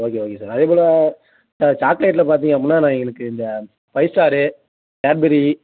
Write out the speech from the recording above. okay okay sir அதே போல் sir சாக்லேட்டில் பார்த்தீங்க அப்படின்னா எங்களுக்கு இந்த ஃபைவ் ஸ்டாரு கேட்பரி